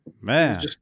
Man